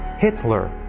hitler,